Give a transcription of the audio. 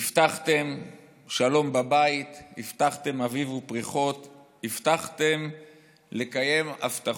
"הבטחתם שלום בבית / הבטחתם אביב ופריחות / הבטחתם לקיים הבטחות".